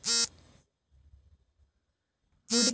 ಹೂಡಿಕೆಗಳನ್ನು ಯಾವಾಗಲಾದರೂ ಲಿಕ್ವಿಡಿಫೈ ಮಾಡಬಹುದೇ?